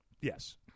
Yes